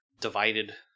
divided